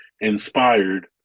inspired